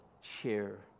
cheer